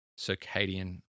circadian